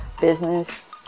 business